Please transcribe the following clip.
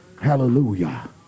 hallelujah